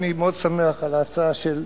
אני מאוד שמח על ההצעה של